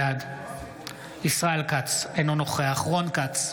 בעד ישראל כץ, אינו נוכח רון כץ,